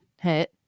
hit